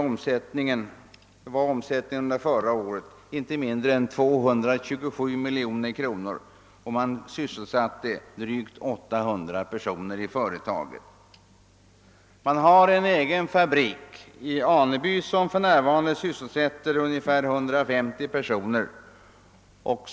Som herr Lothigius sade var omsättningen under förra året inte mindre än 227 miljoner kronor, och man sysselsatte drygt 800 personer i företaget. Man har en egen fabrik i Aneby, vilken för närvarande sysselsätter ungefär 150 personer.